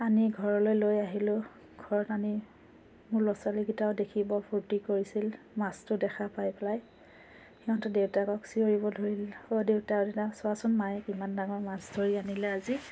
আমি ঘৰলৈ লৈ আহিলোঁ ঘৰত আনি ল'ৰা ছোৱালীকেইটাইও দেখি বৰ ফূৰ্তি কৰিছিল মাছটো দেখা পাই পেলাই সিহঁতে দেউতাকক চিঞৰিব ধৰিল অ' দেউতা অ' দেউতা চোৱাচোন মায়ে কিমান ডাঙৰ মাছ ধৰি আনিলে আজি